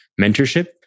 mentorship